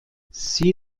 sie